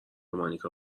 مانیکا